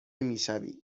میشوی